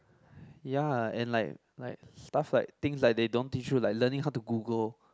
ya and like like stuff like things like they don't teach you like learning how to Google